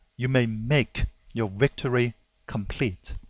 you may make your victory complete.